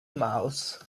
mouse